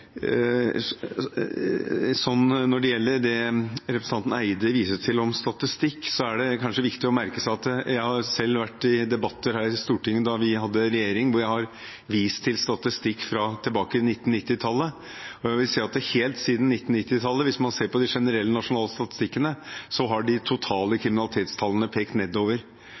selv i debatter her i Stortinget da vi var i regjering, hvor jeg viste til statistikk fra 1990-tallet. Jeg vil si at helt siden 1990-tallet, hvis man ser på de generelle nasjonale statistikkene, har de totale kriminalitetstallene pekt nedover.